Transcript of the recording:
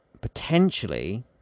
potentially